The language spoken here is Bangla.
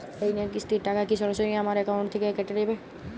ঋণের কিস্তির টাকা কি সরাসরি আমার অ্যাকাউন্ট থেকে কেটে যাবে?